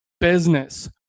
business